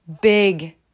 big